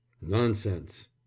Nonsense